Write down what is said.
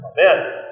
amen